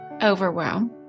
overwhelm